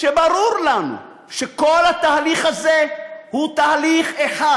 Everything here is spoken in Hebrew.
ברור לנו שכל התהליך הזה הוא תהליך אחד